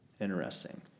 Interesting